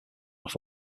off